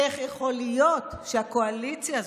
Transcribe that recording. איך יכול להיות שהקואליציה הזאת,